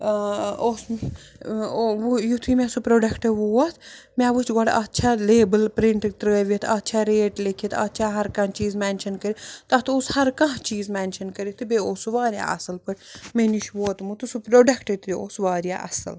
اوس یُتھُے مےٚ سُہ پرٛوڈَکٹ ووت مےٚ وُچھ گۄڈٕ اَتھ چھا لیبل پرٛنٛٹہٕ ترٛٲوِتھ اَتھ چھا ریٹ لیٚکھِتھ اَتھ چھا ہر کانٛہہ چیٖز مٮ۪نشَن کٔرِتھ تَتھ اوس ہر کانٛہہ چیٖز مٮ۪نشَن کٔرِتھ تہٕ بیٚیہِ اوس سُہ واریاہ اَصٕل پٲٹھۍ مےٚ نِش ووتمُت تہٕ سُہ پرٛوڈَکٹ تہِ اوس واریاہ اَصٕل